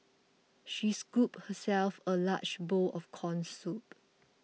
she scooped herself a large bowl of Corn Soup